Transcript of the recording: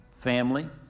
family